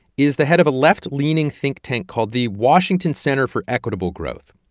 is the head of a left-leaning think tank called the washington center for equitable growth.